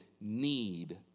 need